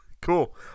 Cool